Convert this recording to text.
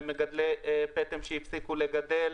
למגדלי פטם שהפסיקו לגדל